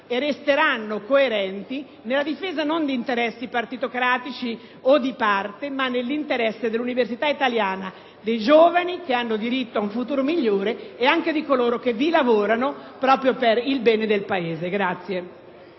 e resteranno tali nella difesa non di interessi partitocratici o di parte, ma nell’interesse dell’universita` italiana, dei giovani, che hanno diritto a un futuro migliore, e anche di chi vi lavora per il bene del Paese.